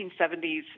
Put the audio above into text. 1970s